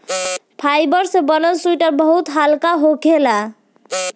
fibre से बनल sweater बहुत हल्का होखेला